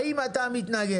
האם אתה מתנגד?